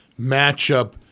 matchup